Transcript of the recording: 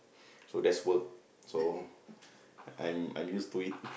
so that's work so I'm I'm used to it